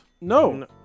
No